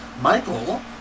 Michael